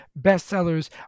bestsellers